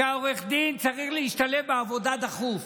ושעורך הדין צריך להשתלב בעבודה דחוף.